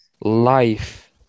Life